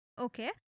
Okay